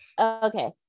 Okay